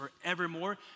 forevermore